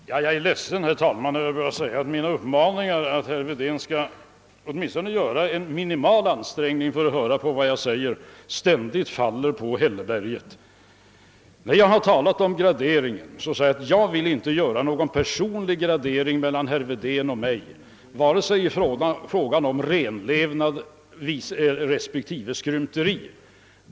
Herr talman! Jag är ledsen över att behöva säga att mina uppmaningar till herr Wedén att åtminstone göra en minimal ansträngning att lyssna på vad jag säger ständigt faller på hälleberget. Då jag talade om graderingen av vår moral sade jag att jag inte vill göra någon gradering mellan herr Wedén personligen och mig personligen, vare sig i fråga om renlevnad eller i fråga om skrymteri.